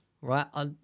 right